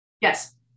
Yes